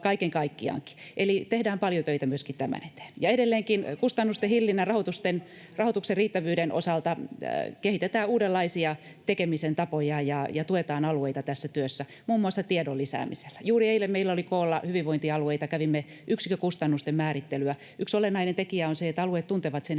kaiken kaikkiaankin, eli tehdään paljon töitä myöskin tämän eteen. Edelleenkin kustannusten hillinnän ja rahoituksen riittävyyden osalta kehitetään uudenlaisia tekemisen tapoja ja tuetaan alueita tässä työssä, muun muassa tiedon lisäämisellä. Juuri eilen meillä oli koolla hyvinvointialueita ja kävimme yksikkökustannusten määrittelyä. Yksi olennainen tekijä on se, että alueet tuntevat sen,